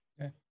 Okay